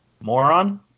moron